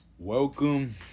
Welcome